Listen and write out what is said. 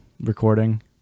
recording